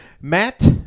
Matt